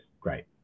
great